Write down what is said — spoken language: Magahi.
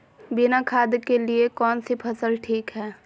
बिना खाद के लिए कौन सी फसल ठीक है?